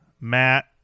Matt